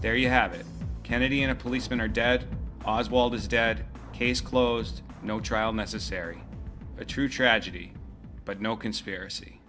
there you have it kennedy in a policeman or dead oswald is dead case closed no trial necessary a true tragedy but no conspiracy